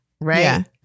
right